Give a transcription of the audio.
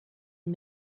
and